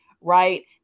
right